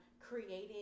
creating